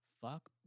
fuck